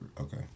Okay